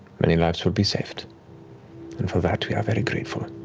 many lives will be saved and for that we are very grateful.